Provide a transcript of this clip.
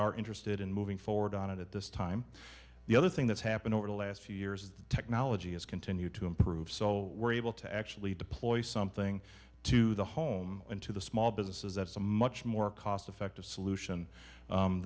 are interested in moving forward on it at this time the other thing that's happened over the last few years is the technology has continued to improve so we're able to actually deploy something to the home and to the small businesses that's a much more cost effective solution